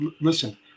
listen